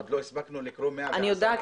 עוד לא הספקנו לקרוא 110 עמודים.